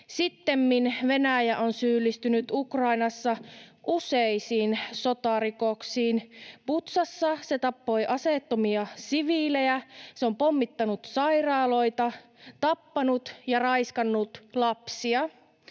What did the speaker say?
Sittemmin Venäjä on syyllistynyt Ukrainassa useisiin sotarikoksiin. Butšassa se tappoi aseettomia siviilejä, se on pommittanut sairaaloita, tappanut ja raiskannut lapsia.